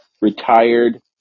retired